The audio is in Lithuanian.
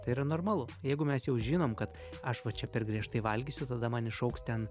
tai yra normalu jeigu mes jau žinom kad aš va čia per griežtai valgysiu tada man išaugs ten